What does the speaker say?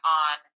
on